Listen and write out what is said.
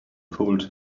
pulled